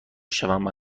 شوم